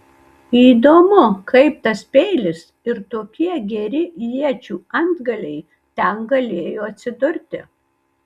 įdomu kaip tas peilis ir tokie geri iečių antgaliai ten galėjo atsidurti